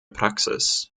praxis